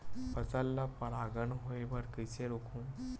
फसल ल परागण होय बर कइसे रोकहु?